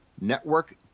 network